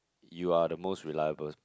you are the most reliable